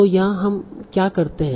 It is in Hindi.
तो यहाँ हम क्या करते हैं